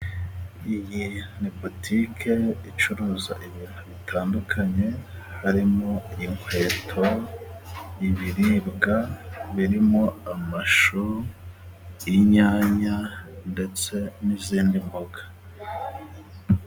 Iyi ni butike icuruza ibintu bitandukanye harimo inkweto, ibiribwa birimo amashu, inyanya ndetse n'izindi mboga.